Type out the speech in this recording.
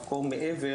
לחקור מעבר,